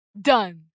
Done